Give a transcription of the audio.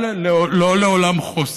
אבל לא לעולם חוסן.